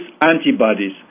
antibodies